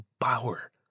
power